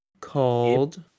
called